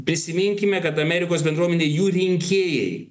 prisiminkime kad amerikos bendruomenei jų rinkėjai